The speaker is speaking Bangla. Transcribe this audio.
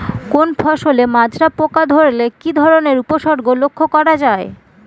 কোনো ফসলে মাজরা পোকা ধরলে কি ধরণের উপসর্গ লক্ষ্য করা যায়?